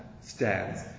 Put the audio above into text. stands